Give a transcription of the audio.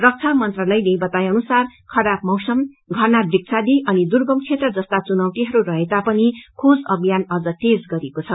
रक्ष मंत्रालयले बताए अनुसार खराब मौसम घना वृक्षादि अनि दुर्गम क्षेत्र जस्ता चुनौतीहरू रहेता पनि खोज अभियान अझ तीव्र गरिएको छ